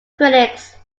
critics